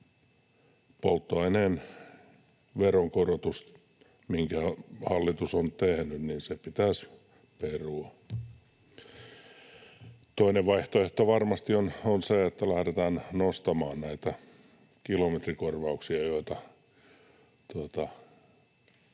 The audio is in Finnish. polttoaineen veronkorotus, minkä hallitus on tehnyt, pitäisi perua. Toinen vaihtoehto varmasti on se, että lähdetään nostamaan näitä kilometrikorvauksia, joita